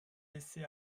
laissés